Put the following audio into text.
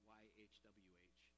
y-h-w-h